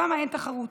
שם אין תחרות.